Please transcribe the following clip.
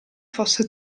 fosse